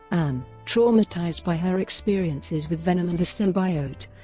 ann, traumatized by her experiences with venom and the symbiote,